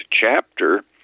chapter